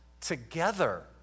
together